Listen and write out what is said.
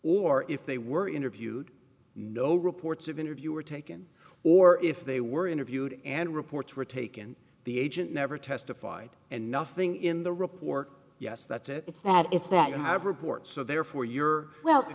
or if they were interviewed no reports of interview were taken or if they were interviewed and reports were taken the agent never testified and nothing in the report yes that's it it's that it's that you have reports so therefore you're well the